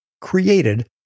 created